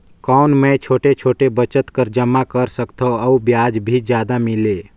कौन मै छोटे छोटे बचत कर जमा कर सकथव अउ ब्याज भी जादा मिले?